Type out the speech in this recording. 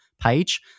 page